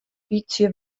bytsje